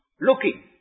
looking